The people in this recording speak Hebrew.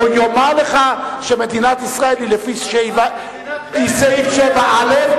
הוא יאמר לך שמדינת ישראל היא לפי סעיף 7א,